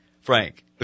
Frank